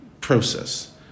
process